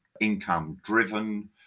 income-driven